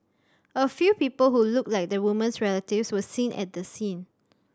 a few people who looked like the woman's relatives were seen at the scene